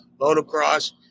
motocross